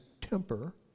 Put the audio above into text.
temper